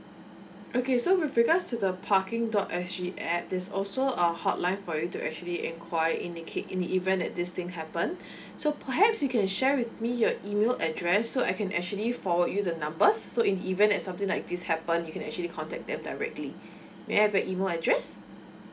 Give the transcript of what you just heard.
okay so with regards to the parking dot S G app is also a hotline for you to actually enquire indicate in the event that this thing happen so perhaps you can share with me your email address so I can actually forward you the numbers so in event that something like this happen you can actually contact them directly may I have your email address